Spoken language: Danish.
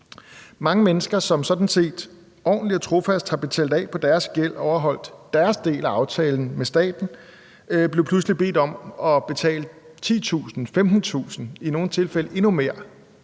Mange mennesker, som sådan set ordentligt og trofast har betalt af på deres gæld og overholdt deres del af aftalen med staten, blev pludselig bedt om at betale 10.000 kr., 15.000 kr. og i nogle tilfælde endnu mere